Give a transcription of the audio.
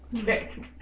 Okay